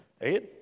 Ed